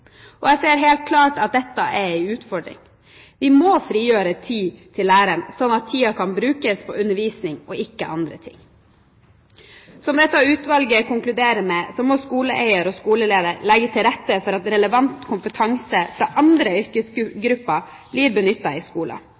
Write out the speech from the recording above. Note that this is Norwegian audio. Jeg ser helt kart at dette er en utfordring. Vi må frigjøre tid til læreren, slik at tiden brukes på undervisning og ikke andre ting. Som dette utvalget konkluderer med, må skoleeier og skoleleder legge til rette for at relevant kompetanse fra andre yrkesgrupper blir benyttet i skolen,